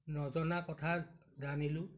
নজনা কথা জানিলোঁ